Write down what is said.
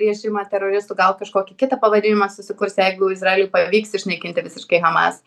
rėžimą teroristų gal kažkokį kitą pavadinimą susikurs jeigu izraeliui pavyks išnaikinti visiškai hamas